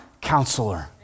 counselor